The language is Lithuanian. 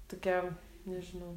tokia nežinau